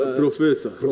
professor